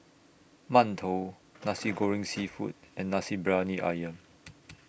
mantou Nasi Goreng Seafood and Nasi Briyani Ayam